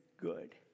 good